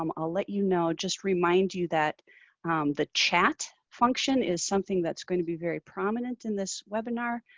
um i'll let you know, just remind you that the chat function is something that's gonna be very prominent in this webinar.